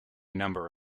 number